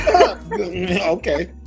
Okay